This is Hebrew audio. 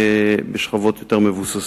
מילדים בשכבות יותר מבוססות.